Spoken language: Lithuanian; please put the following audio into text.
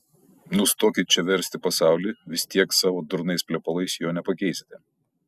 nustokit čia versti pasaulį vis tiek savo durnais plepalais jo nepakeisite